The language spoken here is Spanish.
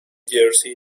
jersey